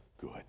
good